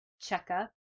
checkup